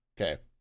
Okay